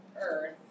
earth